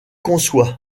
conçoit